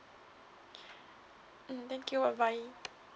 mm thank you bye bye